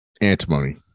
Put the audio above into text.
antimony